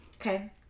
Okay